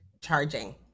charging